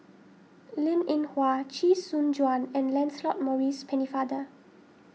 Linn in Hua Chee Soon Juan and Lancelot Maurice Pennefather